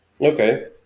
Okay